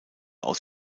aus